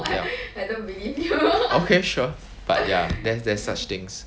ya okay sure but ya there's there's such things